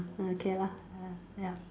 ah K lah ah ya